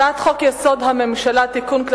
הצעת חוק-יסוד: הממשלה (תיקון,